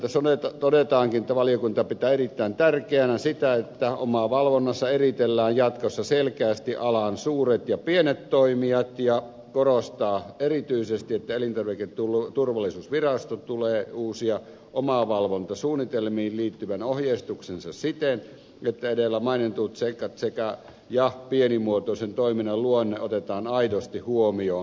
tässä todetaankin että valiokunta pitää erittäin tärkeänä sitä että omavalvonnassa eritellään jatkossa selkeästi alan suuret ja pienet toimijat ja korostaa erityisesti että elintarviketurvallisuusviraston tulee uusia omavalvontasuunnitelmiin liittyvä ohjeistuksensa siten että edellä mainitut seikat ja pienimuotoisen toiminnan luonne otetaan aidosti huomioon